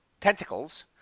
tentacles